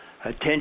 attention